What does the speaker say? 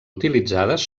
utilitzades